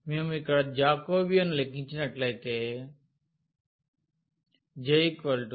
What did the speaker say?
మేము ఇక్కడ ఈ జాకోబియన్ను లెక్కించినట్లయితే J ∂x